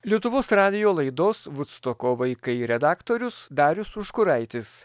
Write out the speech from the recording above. lietuvos radijo laidos vudstoko vaikai redaktorius darius užkuraitis